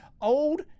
old